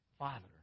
father